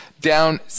down